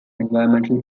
environmental